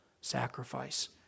sacrifice